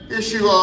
issue